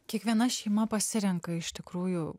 kiekviena šeima pasirenka iš tikrųjų